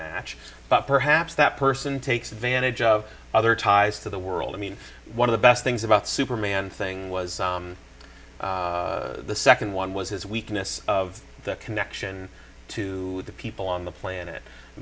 match but perhaps that person takes advantage of other ties to the world i mean one of the best things about superman thing was the second one was his weakness of the connection to the people on the planet i